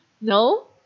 No